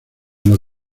los